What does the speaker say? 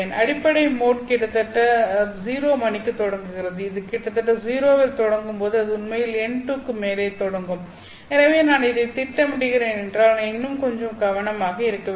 அடிப்படை மோட் கிட்டத்தட்ட 0 மணிக்குத் தொடங்குகிறது அது கிட்டத்தட்ட 0 இல் தொடங்கும் அல்லது அது உண்மையில் n2 க்கு மேலே தொடங்கும் எனவே நான் இதைத் திட்டமிடுகிறேன் என்றால் நான் இன்னும் கொஞ்சம் கவனமாக இருக்க வேண்டும்